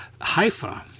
Haifa